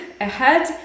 ahead